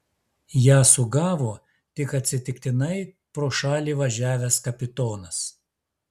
ją sugavo tik atsitiktinai pro šalį važiavęs kapitonas